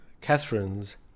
Catherine's